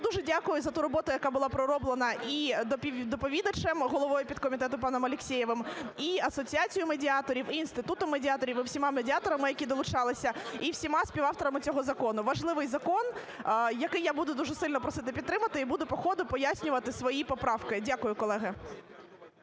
дуже дякую за ту роботу, яка була пророблена і доповідачем – головою підкомітету паном Алексєєвим, і Асоціацією медіаторів, і Інститутом медіаторів, і всіма медіаторами, які долучалися, і всіма співавторами цього закону. Важливий закон, який я буду дуже сильно просити підтримати і буду по ходу пояснювати свої поправки. Дякую, колеги.